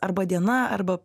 arba diena arba